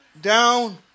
down